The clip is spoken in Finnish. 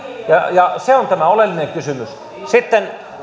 ja se on tämä oleellinen kysymys